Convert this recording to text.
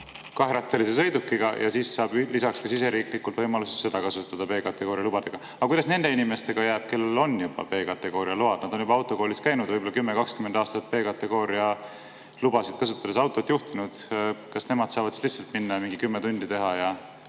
kaherattalise sõidukiga ja siis saab lisaks siseriiklikult võimaluse seda kasutada B-kategooria lubadega. Aga kuidas nende inimestega jääb, kellel on juba B-kategooria load, nad on juba autokoolis käinud ja võib-olla 10 või 20 aastat B-kategooria lubasid kasutades autot juhtinud? Kas nemad saavad siis lihtsalt minna ja mingi 10 tundi teha ja